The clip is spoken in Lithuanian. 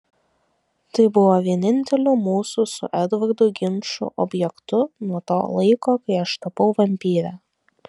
tai buvo vieninteliu mūsų su edvardu ginčų objektu nuo to laiko kai aš tapau vampyre